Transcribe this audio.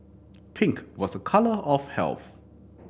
pink was a colour of health